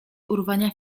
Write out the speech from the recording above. urwania